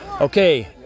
Okay